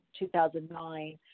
2009